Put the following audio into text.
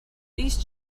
these